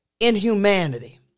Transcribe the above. inhumanity